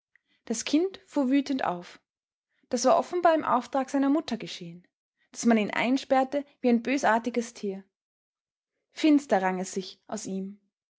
das kind fuhr wütend auf das war offenbar im auftrag seiner mutter geschehen daß man ihn einsperrte wie ein bösartiges tier finster rang es sich aus ihm